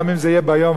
גם אם זה יהיה ביום,